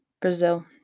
Brazil